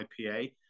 IPA